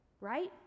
Right